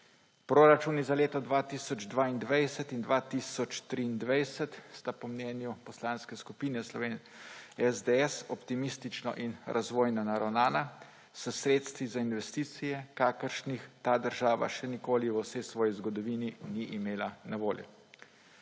Proračuna za leto 2022 in 2023 sta po mnenju Poslanske skupine SDS optimistično in razvojno naravnava, s sredstvi za investicije, kakršnih ta država še nikoli v vsej svoji zgodovini ni imela na voljo.